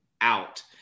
out